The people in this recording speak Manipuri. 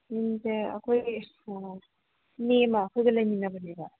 ꯌꯨꯝꯁꯦ ꯑꯩꯈꯣꯏꯒꯤ ꯃꯤ ꯑꯃ ꯑꯩꯈꯣꯏꯒ ꯂꯩꯃꯤꯟꯅꯕꯅꯦꯕ